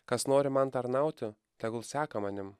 kas nori man tarnauti tegul seka manim